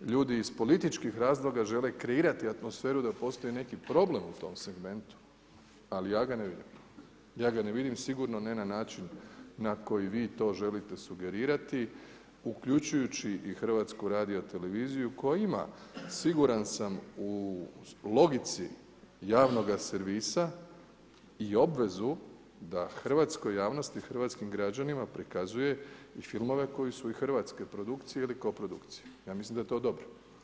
ljudi iz političkih razloga žele kreirati atmosferu, da postoji neki problem u tom segmentu ali ja ga ne vidim, ja ga ne vidim, sigurno ne na način na koji vi to želite sugerirati uključujući i HRT koja ima siguran sam u logici javnoga servisa i obvezu da hrvatskoj javnosti i hrvatskim građanima prikazuje i filmove koji su hrvatske ili koprodukcije, ja mislim da je to dobro.